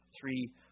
three